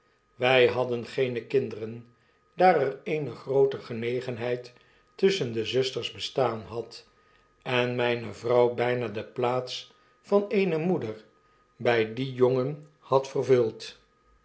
wi hadden geene kinderen daar er eene groote genegenheid tusschen de zusters bestaan had en myne vrouw byna de plaats van eene moeder by dien jongen had vervuld